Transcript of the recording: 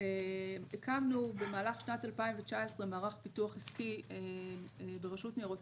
הקמנו במהלך שנת 2019 מערך פיתוח עסקי ברשות ניירות